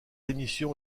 émission